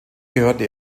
gehörte